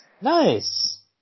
Nice